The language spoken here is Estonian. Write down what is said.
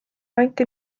anti